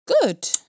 good